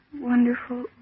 Wonderful